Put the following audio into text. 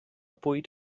bwyd